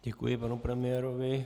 Děkuji panu premiérovi.